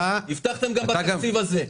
הבטחתם גם בתקציב הזה.